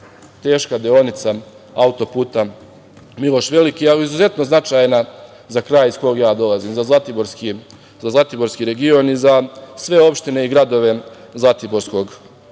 teška deonica auto puta Miloš Veliki, ali izuzetno značajna, za kraj iz koga ja dolazim, za zlatiborski region, i za sve opštine i gradove zlatiborskog